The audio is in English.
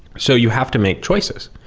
so you have to make choices.